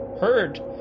heard